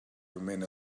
remain